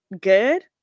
good